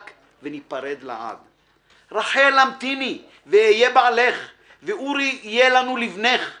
וניפרד לעד// רחל המתיני/ ואהיה בעלך/ ואורי יהיה לנו/ לבנך/